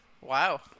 Wow